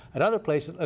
and other places,